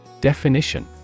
Definition